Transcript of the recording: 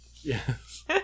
Yes